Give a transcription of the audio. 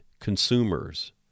consumers